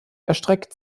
erstreckt